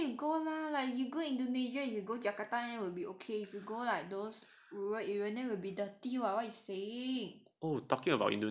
it depends where you go lah like you go indonesia you go jakarta then will be okay if you go like those rural area then will be dirty [what] what you saying